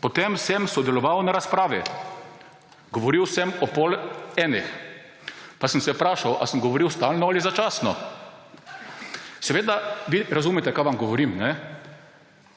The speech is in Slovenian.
Potem sem sodeloval v razpravi, govoril sem ob pol enih pa sem se vprašal, ali sem govoril stalno ali začasno. Razumete, kaj vam govorim, ali ne?